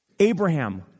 Abraham